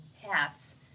hats